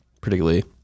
particularly